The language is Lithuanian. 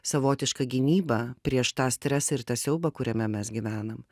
savotiška gynyba prieš tą stresą ir tą siaubą kuriame mes gyvenam